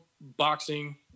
boxing